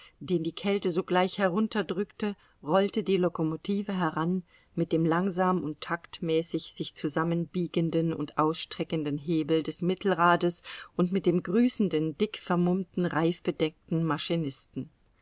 den die kälte sogleich herunterdrückte rollte die lokomotive heran mit dem langsam und taktmäßig sich zusammenbiegenden und ausstreckenden hebel des mittelrades und mit dem grüßenden dick vermummten reifbedeckten maschinisten